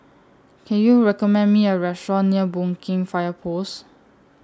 Can YOU recommend Me A Restaurant near Boon Keng Fire Post